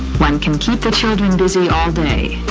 one can keep the children busy all day.